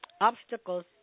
obstacles